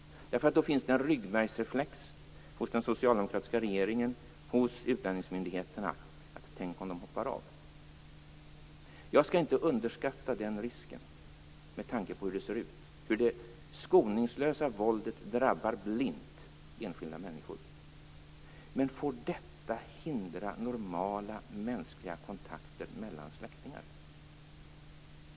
Hos den socialdemokratiska regeringen och hos utlänningsmyndigheterna finns det en ryggmärgsreflex att ställa följande fråga: Tänk om de hoppar av? Jag skall inte underskatta den risken, med tanke på hur det ser ut, hur det skoningslösa våldet blint drabbar enskilda människor, men får detta hindra normala mänskliga kontakter mellan släktingar?